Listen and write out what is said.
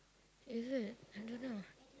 is it I don't know